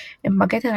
בבית אלפא,